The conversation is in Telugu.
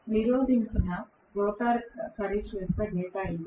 నిరోధించిన రోటర్ పరీక్ష యొక్క డేటా ఇదే